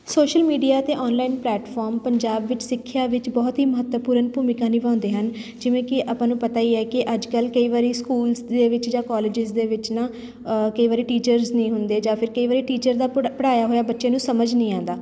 social media 'ਤੇ online platform Punjab ਵਿੱਚ ਸਿੱਖਿਆ ਵਿੱਚ ਬਹੁਤ ਹੀ ਮਹੱਤਵਪੂਰਨ ਭੂਮਿਕਾ ਨਿਭਾਉਂਦੇ ਹਨ ਜਿਵੇਂ ਕਿ ਆਪਾਂ ਨੂੰ ਪਤਾ ਹੀ ਹੈ ਕਿ ਅੱਜ ਕੱਲ੍ਹ ਕਈ ਵਾਰੀ ਸਕੂਲਸ ਦੇ ਵਿੱਚ ਜਾਂ ਕੋਲਜਿਸ ਦੇ ਵਿੱਚ ਨਾ ਕਈ ਵਾਰੀ ਟੀਚਰਜ ਨਹੀਂ ਹੁੰਦੇ ਜਾਂ ਫਿਰ ਕਈ ਵਾਰੀ ਟੀਚਰ ਦਾ ਪੜ ਪੜਾਇਆ ਹੋਇਆ ਬੱਚਿਆਂ ਨੂੰ ਸਮਝ ਨਹੀਂ ਆਉਂਦਾ